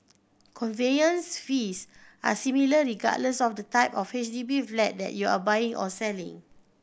conveyance fees are similar regardless of the type of H D B flat that you are buying or selling